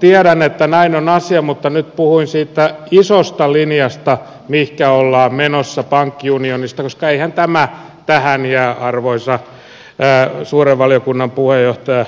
tiedän että näin on asia mutta nyt puhuin siitä isosta linjasta mihin ollaan menossa pankkiunionista koska eihän tämä tähän jää arvoisa suuren valiokunnan puheenjohtaja